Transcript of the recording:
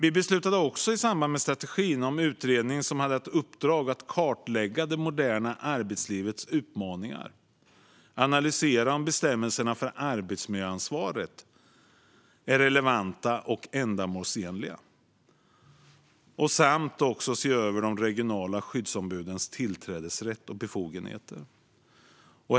I samband med strategin beslutade vi om en utredning som hade i uppdrag att kartlägga det moderna arbetslivets utmaningar, analysera om bestämmelserna för arbetsmiljöansvaret är relevanta och ändamålsenliga samt se över de regionala skyddsombudens tillträdesrätt och befogenheter.